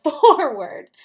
forward